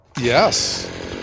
yes